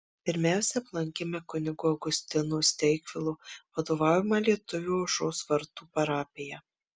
pirmiausia aplankėme kunigo augustino steigvilo vadovaujamą lietuvių aušros vartų parapiją